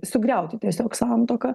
sugriauti tiesiog santuoką